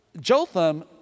Jotham